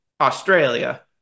Australia